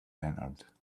entered